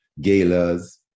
galas